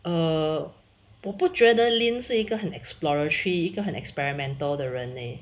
err 我不觉得 lin 是一个很 exploratory 一个很 experimental 的人 leh